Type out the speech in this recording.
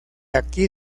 aquí